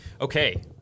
Okay